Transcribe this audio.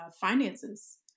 finances